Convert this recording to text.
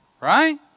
Right